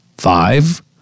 Five